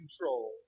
control